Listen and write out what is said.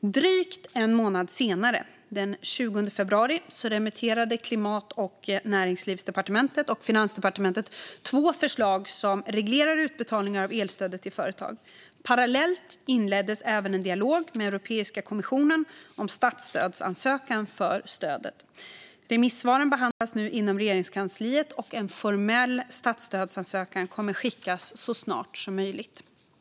Drygt en månad senare, den 20 februari, remitterade Klimat och näringslivsdepartementet och Finansdepartementet två förslag som reglerar utbetalningar av elstödet till företag. Parallellt inleddes även en dialog med Europeiska kommissionen om statsstödsansökan för stödet. Remissvaren behandlas nu inom Regeringskansliet, och en formell statsstödsansökan kommer att skickas så snart som möjligt.